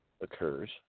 occurs